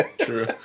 true